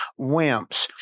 wimps